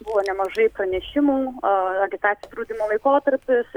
buvo nemažai pranešimų a agitacijos draudimo laikotarpis